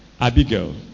Abigail